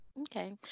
Okay